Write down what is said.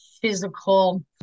physical